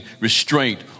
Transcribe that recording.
restraint